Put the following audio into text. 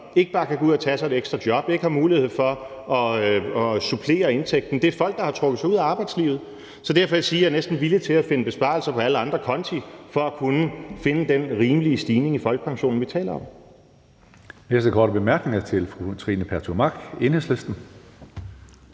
ikke bare kan gå ud og tage sig et ekstra job, ikke har mulighed for at supplere indtægten. Det er folk, der har trukket sig ud af arbejdslivet. Det er derfor, jeg siger, at jeg næsten er villig til at finde besparelser på alle andre konti for at kunne finde den rimelige stigning i folkepensionen, vi taler om.